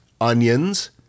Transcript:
onions